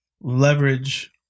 leverage